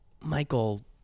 Michael